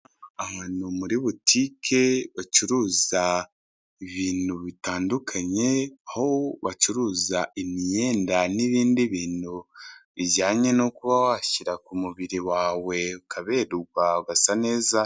Ahantu muri butike bacuruza ibintu bitandukanye, aho bacuruza imyenda n'ibindi bintu bijyanye no kuba washyira ku mubiri wawe ukaberwa ugasa neza.